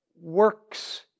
Works